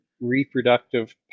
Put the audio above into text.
reproductive